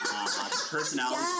personality